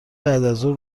بعدازظهر